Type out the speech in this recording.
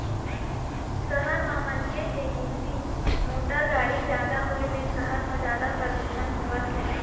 सहर म मनखे के गिनती, मोटर गाड़ी जादा होए ले सहर म जादा परदूसन होवत हे